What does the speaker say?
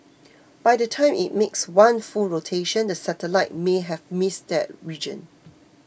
by the time it makes one full rotation the satellite may have missed that region